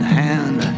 hand